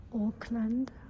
Auckland